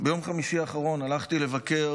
ביום חמישי האחרון הלכתי לבקר